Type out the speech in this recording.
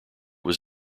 was